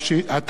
3),